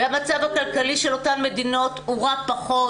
המצב הכלכלי של אותן מדינות הורע פחות.